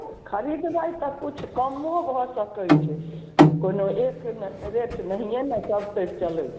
खरिदबै तऽ किछु कम्मो भऽ सकै छी कोनो एक रेट नहिए ने सबतरि चलै छै